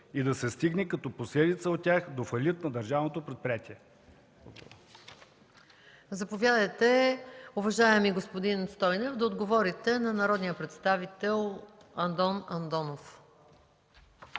и да се стигне, като последица от тях, до фалит на държавното предприятие?